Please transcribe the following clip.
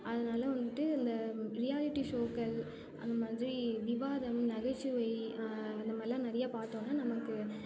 அதனால் வந்துட்டு அந்த ரியாலிட்டி ஷோக்கள் அந்த மாதிரி விவாதம் நகைச்சுவை அந்த மாதிரிலாம் நிறைய பார்த்தோன்னா நமக்கு